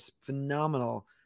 phenomenal